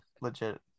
legit